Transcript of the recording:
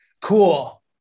Cool